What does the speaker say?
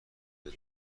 بره